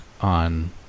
on